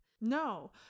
No